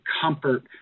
comfort